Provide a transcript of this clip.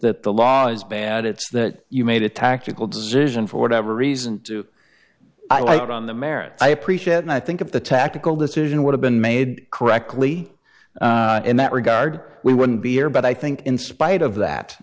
that the law is bad it's that you made a tactical decision for whatever reason to write on the merits i appreciate and i think of the tactical decision would have been made correctly in that regard we wouldn't be here but i think in spite of that